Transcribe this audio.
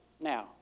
Now